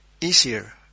easier